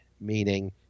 meaning